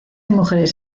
mujeres